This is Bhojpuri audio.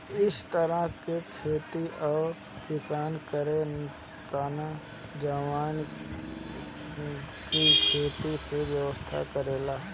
इ तरह के खेती उ किसान करे लन जवन की खेती से व्यवसाय करेले